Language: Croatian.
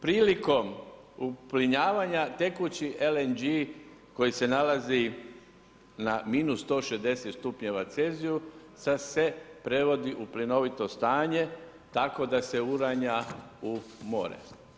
Prilikom uplinjavanja tekući LNG koji se nalazi na -160 stupnjeva celzijusa se prevodi u plinovito stanje tako da se uranja u more.